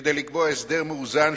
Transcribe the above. כדי לקבוע הסדר מאוזן,